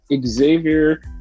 Xavier